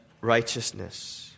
righteousness